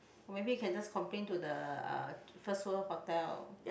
or maybe you can just complain to the uh First World Hotel